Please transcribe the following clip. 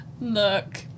Look